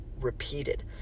repeated